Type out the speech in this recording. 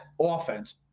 offense